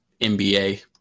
NBA